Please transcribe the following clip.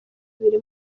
bibiri